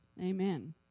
Amen